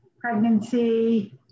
pregnancy